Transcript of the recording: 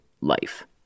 life